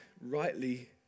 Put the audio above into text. rightly